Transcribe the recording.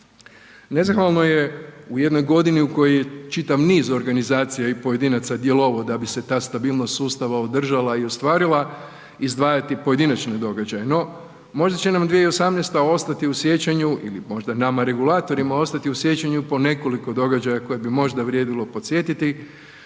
Nezahvalno je u jednoj godini u kojoj je čitav niz organizacija i pojedinaca djelovao da bi se ta stabilnost sustava održala i ostvarila, izdvajati pojedinačne događaje no možda će nam 2018. ostati u sjećanju ili možda nama regulatorima ostati u sjećanju, po nekoliko događa koje bi možda vrijedilo podsjetiti.